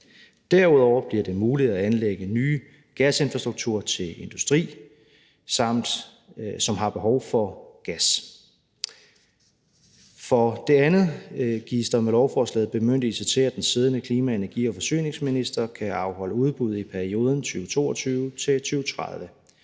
Derudover bliver det muligt at anlægge nye gasinfrastrukturer til industri, som har behov for gas. For det andet gives der med lovforslaget bemyndigelse til, at den siddende klima-, energi- og forsyningsminister kan afholde udbud i perioden 2022-2030.